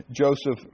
Joseph